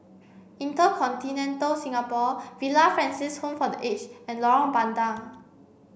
InterContinental Singapore Villa Francis Home for the Aged and Lorong Bandang